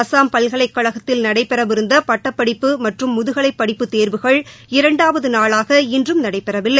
அஸ்ஸாம் பல்கலைக்கழகத்தில் நடைபெறவிருந்த பட்டப்படிப்பு மற்றும் முதுகலை படிப்பு தே்வுகள் இரண்டாவது நாளாக இன்றும் நடைபெறவில்லை